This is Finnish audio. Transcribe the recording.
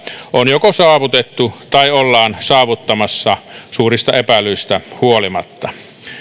joko on jo saavutettu tai ollaan saavuttamassa suurista epäilyistä huolimatta